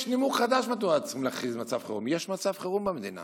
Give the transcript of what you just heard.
יש נימוק חדש מדוע צריכים להכריז מצב חירום: יש מצב חירום במדינה